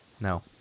No